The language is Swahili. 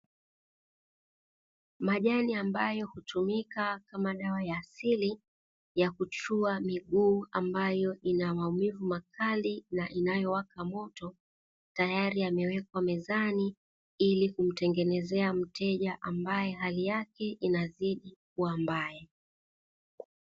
Majani ambayo hutumika kama dawa ya asili ya kuchua miguu, ambayo ina maumivu makali na inayowaka moto, tayari yamewekwa mezani ili kumtengenezea mteja ambae hali yake inazidi kuwa mbaya.